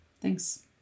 thanks